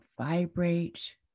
vibrate